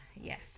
Yes